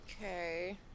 okay